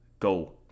Go